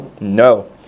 No